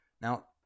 Now